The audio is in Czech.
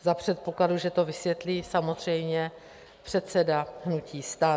Za předpokladu, že to vysvětlí samozřejmě předseda hnutí STAN.